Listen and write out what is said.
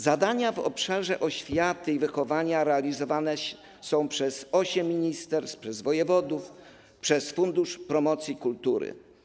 Zadania w obszarze oświaty i wychowania realizowane są przez osiem ministerstw, wojewodów i Fundusz Promocji Kultury.